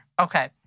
Okay